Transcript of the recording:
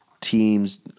teams